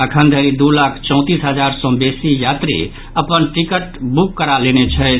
अखन धरि दू लाख चौंतीस हजार सँ बेसी यात्री अपन टिकट बुक करा लेने छथि